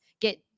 get